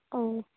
oh